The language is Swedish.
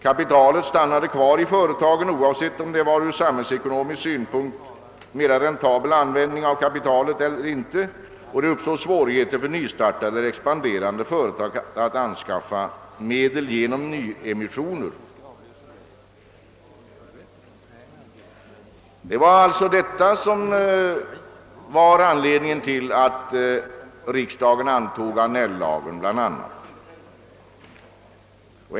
Kapitalet stannade kvar i företagen, oavsett om det ledde till en ur samhällsekonomisk synpunkt mer räntabel användning av kapitalet, och det uppstod svårigheter för nystartade eller expanderande företag att anskaffa medel genom nyemissioner. Bl. a. detta var anledningen till att riksdagen antog Annell-lagen.